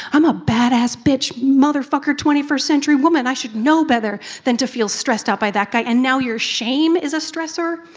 i'm a badass bitch, motherfucker, twenty first century woman! i should know better than to feel stressed out by that guy, and now your shame is a stressor.